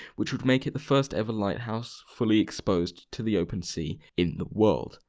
which would make it the first-ever lighthouse fully exposed to the open sea. in the world!